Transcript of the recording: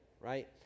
right